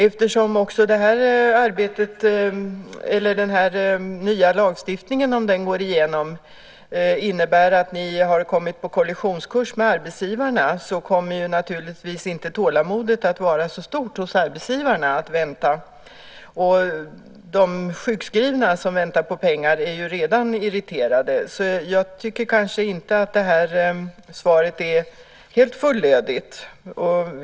Eftersom också den här nya lagstiftningen, om den går igenom, innebär att ni har kommit på kollisionskurs med arbetsgivarna kommer naturligtvis inte tålamodet att vara så stort hos dem. De sjukskrivna som väntar på pengar är ju redan irriterade. Jag tycker inte att det här svaret är helt fullödigt.